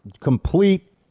complete